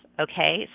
okay